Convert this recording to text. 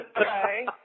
Okay